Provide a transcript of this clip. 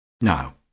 Now